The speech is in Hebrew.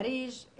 אריג'.